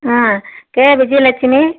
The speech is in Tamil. ஆ கே விஜயலட்சுமி